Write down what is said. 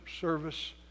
service